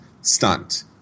stunt